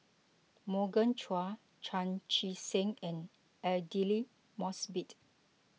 Morgan Chua Chan Chee Seng and Aidli Mosbit